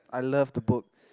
I love the book